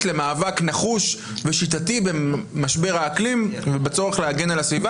למאבק נחוש ושיטתי במשבר האקלים ובצורך להגן על הסביבה,